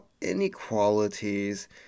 inequalities